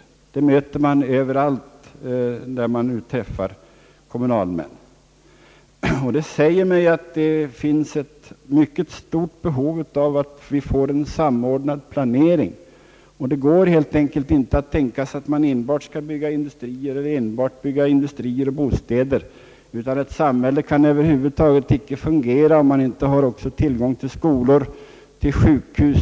Sådant tal möter man överallt när man träffar kommunalmän. Det säger mig att det finns ett mycket stort behov av en samordnad planering. Det går helt enkelt inte att tänka sig att enbart bygga industrier eller enbart industrier och bostäder, ty ett samhälle kan över huvud taget inte fungera utan skolor, sjukhus